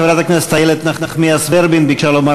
חברת הכנסת איילת נחמיאס ורבין ביקשה לומר